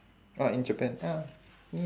uh in japan ah